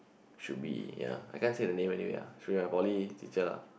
should be ya I can't say the name anyway ah should be my poly teacher lah